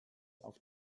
auf